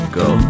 go